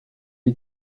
est